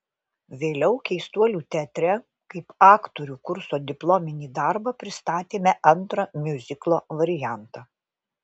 vėliau keistuolių teatre kaip aktorių kurso diplominį darbą pristatėme antrą miuziklo variantą